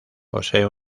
posee